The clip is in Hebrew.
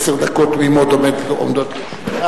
עשר דקות תמימות עומדות לרשותך.